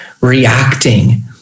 reacting